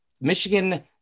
Michigan